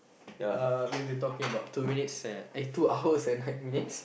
uh we've been talking about two minutes eh two hours and nine minutes